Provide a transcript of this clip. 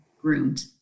groomed